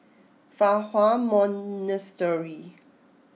Fa Hua Monastery